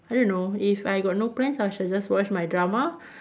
I don't know if I got no plan I shall just watch my drama